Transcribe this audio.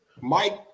Mike